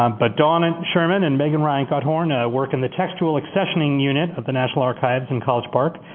um but dawn and sherman and meghan ryan guthorn work in the textual accessioning unit at the national archives in college park.